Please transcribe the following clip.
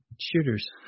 shooters